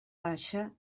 baixa